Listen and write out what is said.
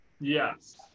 Yes